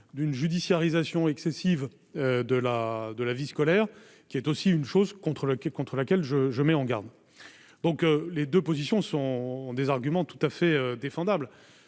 d'une judiciarisation excessive de la de la vie scolaire, qui est aussi une chose contre laquelle contre laquelle je je mets en garde donc les 2 positions sont des arguments tout à fait défendable,